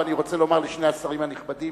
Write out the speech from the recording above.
ואני רוצה לומר לשני השרים הנכבדים